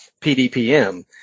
PDPM